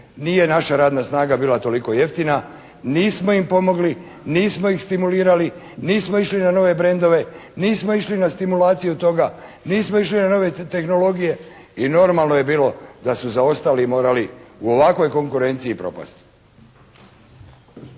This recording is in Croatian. nije naša radna snaga bila toliko jeftina nismo im pomogli, nismo ih stimulirati, nismo išli na nove brendove, nismo išli na stimulaciju toga, nismo išli na nove tehnologije i normalno je bilo da su zaostali i morali u ovakvoj konkurenciji propasti.